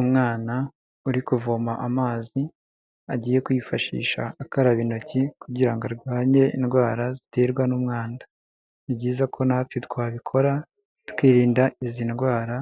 Umwana uri kuvoma amazi agiye kwifashisha akaraba intoki kugira arwanye indwara ziterwa n'umwanda. Ni byiza ko natwe twabikora twirinda izi ndwara